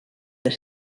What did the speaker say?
that